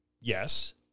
Yes